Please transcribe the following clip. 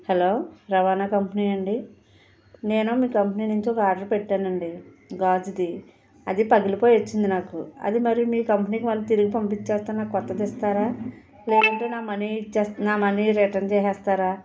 hollow రవాణ company అండీ నేను మీ కంపెనీ నుంచి ఒక ఆర్డరు పెట్టానండీ గాజుది అది పగిలిపోయి వచ్చింది నాకు అది మరి మీ కంపెనీకి మళ్ళి తీరిగి పంపించేస్తే నాకు కొత్తది ఇస్తారా లేదంటే నా మనీ ఇచ్చేస్తా నా మనీ రిటర్ను చేసేస్తారా